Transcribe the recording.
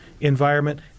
environment